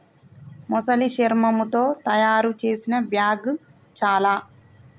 మొసలి శర్మముతో తాయారు చేసిన బ్యాగ్ చాల